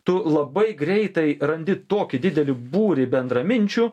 tu labai greitai randi tokį didelį būrį bendraminčių